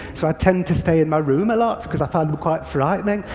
so i tend to stay in my room a lot because i find them quite frightening.